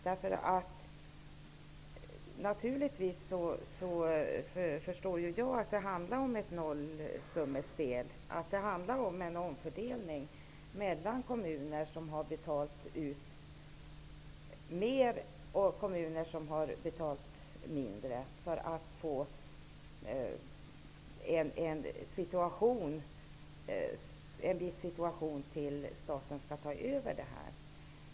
Jag förstår naturligtvis att det handlar om ett nollsummespel, en omfördelning mellan kommuner som har betalat ut mer och kommuner som har betalat ut mindre, för att skapa en situation där staten kan ta över denna bidragsgivning.